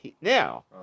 now